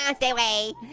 and stay away.